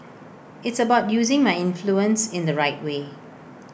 it's about using my influence in the right way